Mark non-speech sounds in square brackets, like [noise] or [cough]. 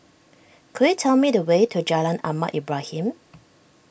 could you tell me the way to Jalan Ahmad Ibrahim [noise]